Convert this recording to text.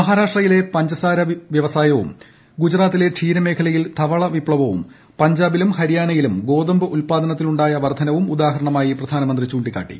മഹാരാഷ്ട്രയിലെ പഞ്ചസാര വ്യവസായവും ഗുജറാത്തിലെ ക്ഷീര മേഖലയിലെ ധവള വിപ്ലവവും പഞ്ചാബിലും ഹരിയാനയിലും ഗോതമ്പ് ഉല്പാദനത്തിലുണ്ടായ വർധനവും ഉദാഹരണമായി പ്രധാനമന്ത്രി ചൂണ്ടിക്കാട്ടി